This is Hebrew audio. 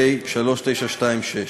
פ/3926/20,